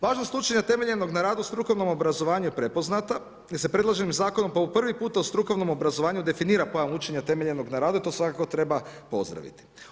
Važnost učenja temeljenog na radu u strukovnom obrazovanju je prepoznata, jer se predloženim zakonom po prvi puta u strukovnom obrazovanju definira pojam učenja temeljenog na radu i to svakako treba pozdraviti.